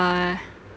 uh